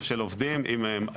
עובדים.